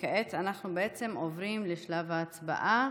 כעת, אנחנו עוברים לשלב ההצבעה